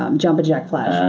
um jumping jack flash. oh,